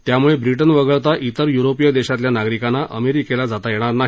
त्यामुळे Britain वगळता इतर य्रोपीय देशातल्या नागरिकांना अमेरिकेला जाता येणार नाही